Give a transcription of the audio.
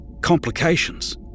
Complications